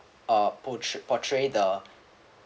uh po~ portray the